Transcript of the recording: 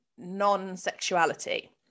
non-sexuality